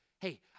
hey